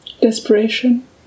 Desperation